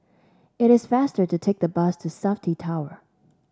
it is faster to take the bus to Safti Tower